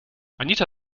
anita